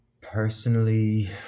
Personally